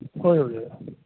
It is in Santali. ᱦᱳᱭ ᱦᱳᱭ